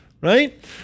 right